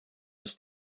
ist